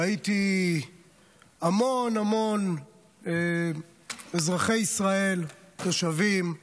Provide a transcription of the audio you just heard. ראיתי המון המון אזרחי ישראל, תושבים,